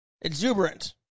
Exuberant